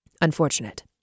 Unfortunate